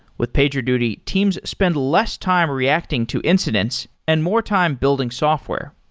with pagerduty, teams spend less time reacting to incidents and more time building software.